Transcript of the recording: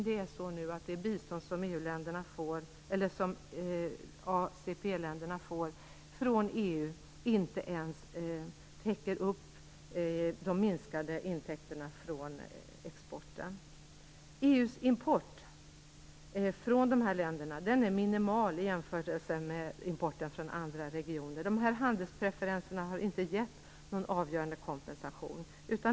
Det bistånd som ACP-länderna får från EU täcker alltså inte ens upp de minskade intäkterna från exporten. EU:s import från de här länderna är minimal i jämförelse med importen från andra regioner. De här handelspreferenserna har inte givit någon avgörande kompensation.